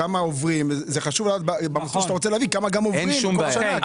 כמה עוברים בכל שנה?